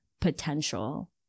potential